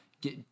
get